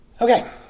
Okay